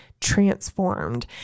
transformed